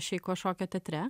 šeiko šokio teatre